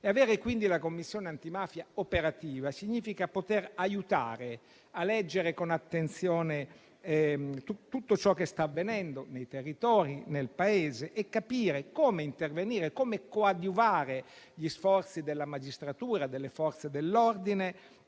Avere quindi la Commissione antimafia operativa significa poter aiutare a leggere con attenzione tutto ciò che sta avvenendo nei territori, nel Paese e capire come intervenire e coadiuvare gli sforzi della magistratura e delle Forze dell'ordine